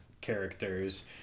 characters